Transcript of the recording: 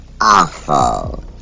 awful